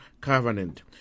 covenant